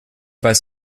weiß